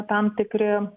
tam tikri